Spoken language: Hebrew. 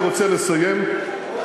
מס הכנסה כי הם לא מגיעים לסף המס?